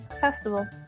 festival